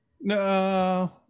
no